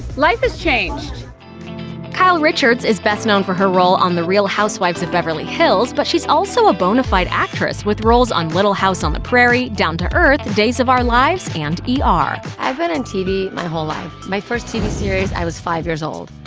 life has changed kyle richards is best known for her role on the real housewives of beverly hills, but she's also a bonafide actress with roles on little house on the prairie, down to earth, days of our lives, and er. i've been in tv my whole life. my first tv series i was five years old.